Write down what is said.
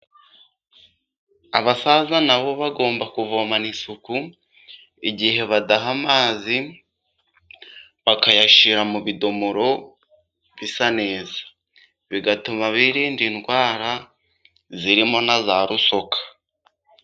Abasaza na bo bagomba kuvomana isuku igihe badaha amazi, bakayashyira mu bidomoro bisa neza, bigatuma birinda indwara zirimo na za rusoka.